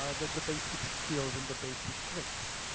ah the the basic skills and the basic tricks.